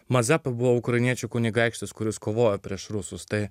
mazepa buvau ukrainiečių kunigaikštis kuris kovojo prieš rusus tai